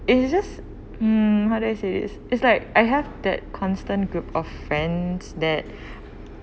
it is just mm how to I say it it's like I have that constant group of friends that